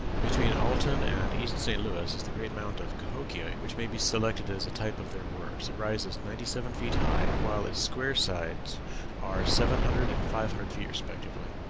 between alton and east st. louis is the great mound of cahokia, which may be selected as a type of their works it rises ninety-seven feet high, while its square sides are seven hundred and five hundred feet respectively.